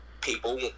people